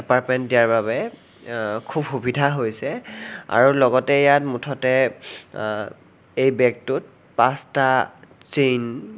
apartment দিয়াৰ বাবে খুব সুবিধা হৈছে আৰু লগতে ইয়াত মুঠতে এই বেগটোত পাঁচটা চেইন